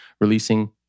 releasing